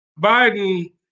Biden